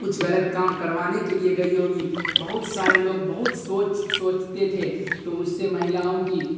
کچھ غلط کام کروانے کے لیے گئی ہوگی بہت سارے لوگ بہت سوچ سوچتے تھے تو اس سے مہیلاؤں کی